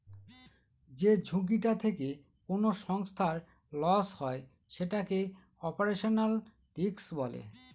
যে ঝুঁকিটা থেকে কোনো সংস্থার লস হয় সেটাকে অপারেশনাল রিস্ক বলে